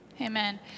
amen